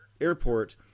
airport